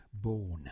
born